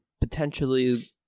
potentially